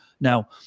now